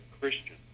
Christian